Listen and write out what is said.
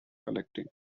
collecting